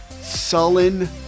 sullen